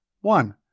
One